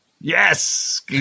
Yes